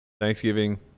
Thanksgiving